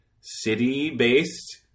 city-based